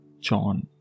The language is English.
John